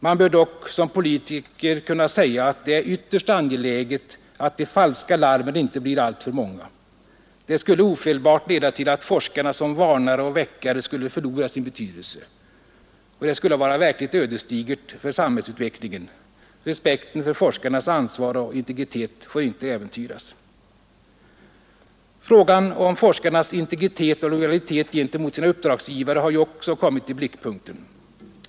Man bör dock som politiker kunna säga, att det är ytterst angeläget att de falska larmen inte blir alltför många; det skulle ofelbart leda till att forskarna som varnare och väckare skulle förlora sin betydelse. Och det skulle vara verkligt ödesdigert för samhällsutvecklingen. Respekten för forskarnas ansvar och integritet får inte äventyras. Frågan om forskarnas integritet och lojalitet gentemot sina uppdragsgivare har också kommit i blickpunkten.